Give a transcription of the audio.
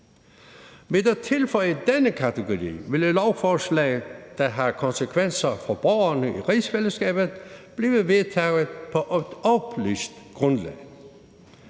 Ved at tilføje denne kategori, ville lovforslag, der har konsekvenser for borgerne i rigsfællesskabet, blive vedtaget på et oplyst grundlag.